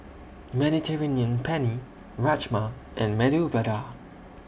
Mediterranean Penne Rajma and Medu Vada